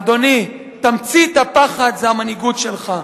אדוני, תמצית הפחד זה המנהיגות שלך.